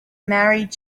married